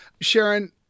Sharon